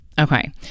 Okay